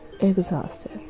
exhausted